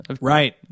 Right